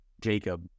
Jacob